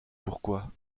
pourquoi